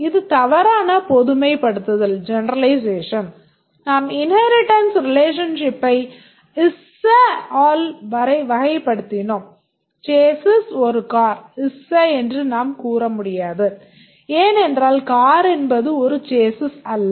இது தவறான பொதுமைப்படுத்தல் அல்ல